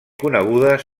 conegudes